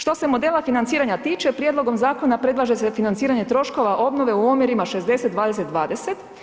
Što se modela financiranja tiče prijedlogom zakona predlaže se financiranje troškova obnove u omjerima 60:20:20.